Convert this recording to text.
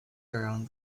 around